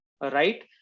right